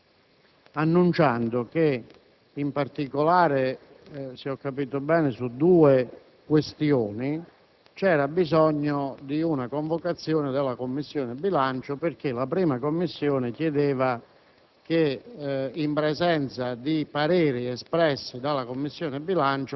e indirettamente anche al Presidente della Commissione bilancio annunciando che in particolare - se ho capito bene - su due questioni c'era bisogno di una convocazione della Commissione bilancio perché la 1a Commissione chiedeva